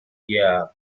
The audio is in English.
yeah